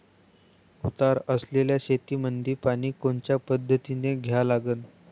उतार असलेल्या शेतामंदी पानी कोनच्या पद्धतीने द्या लागन?